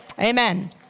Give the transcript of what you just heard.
Amen